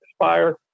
inspire